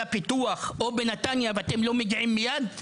פיתוח או בנתניה ואתם לא מגיעים מיד?